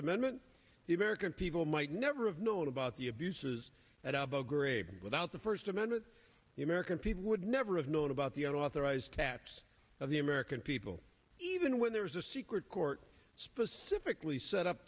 amendment the american people might never have known about the abuses at abu ghraib without the first amendment the american people would never have known about the authorized taps of the american people even when there is a secret court specifically set up